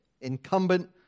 Incumbent